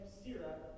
syrup